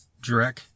Drek